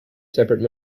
separate